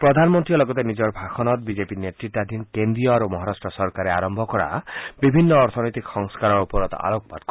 প্ৰধানমন্ত্ৰীয়ে লগতে নিজৰ ভাষণত বিজেপি নেত্ৰতাধীন কেন্দ্ৰীয় আৰু মহাৰাট্ট চৰকাৰে আৰম্ভ কৰা বিভিন্ন অৰ্থনৈতিক সংস্কাৰৰ ওপৰত আলোকপাত কৰে